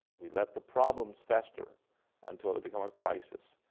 we let the problems fester until it became a crisis,